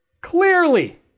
clearly